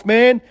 Man